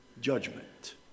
judgment